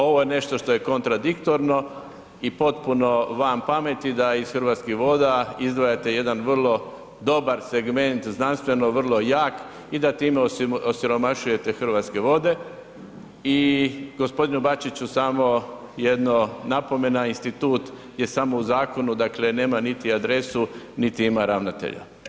Ovo je nešto što je kontradiktorno i potpuno van pameti, da ih Hrvatskih voda izdvajate jedan vrlo dobar segment znanstveno vrlo jak i da time osiromašujete Hrvatske vode i g. Bačiću samo jedna napomena, institut je samo u zakonu, dakle, nema niti adresu niti ima ravnatelja.